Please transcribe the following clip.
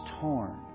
torn